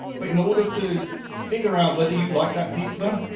but in order to figure out whether you like that pizza,